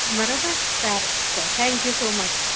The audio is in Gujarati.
બરાબર સારું sir thank you so much sir